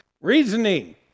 Reasoning